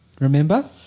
Remember